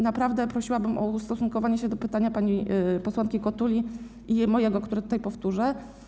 Naprawdę prosiłabym o ustosunkowanie się do pytania pani posłanki Kotuli i mojego, które powtórzę.